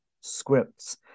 scripts